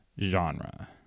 genre